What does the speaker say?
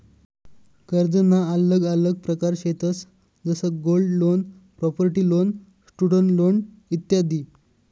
कर्जना आल्लग आल्लग प्रकार शेतंस जसं gold loan, property loan, student loan इत्यादी